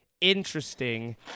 interesting